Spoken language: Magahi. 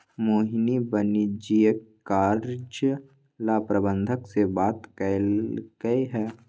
मोहिनी वाणिज्यिक कर्जा ला प्रबंधक से बात कलकई ह